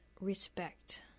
respect